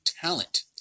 talent